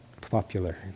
popular